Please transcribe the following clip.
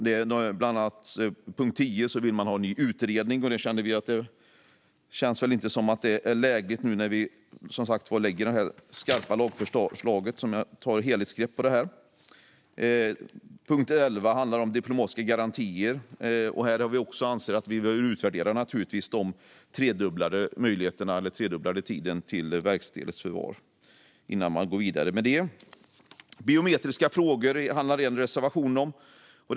Enligt punkt 10 vill man ha en ny utredning, och det känns inte lägligt nu när vi som sagt lägger fram detta skarpa lagförslag som tar ett helhetsgrepp om detta. Punkt 11 handlar om diplomatiska garantier. Här anser vi att vi behöver utvärdera möjligheterna till tredubblad tid för verkställighetsförvar innan man går vidare med detta. En reservation handlar om biometriska frågor.